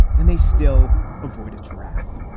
and they still avoid its wrath.